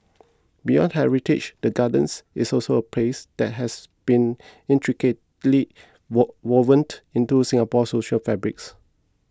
beyond heritage the gardens is also a place that has been intricately woven into Singapore's social fabrics